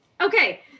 Okay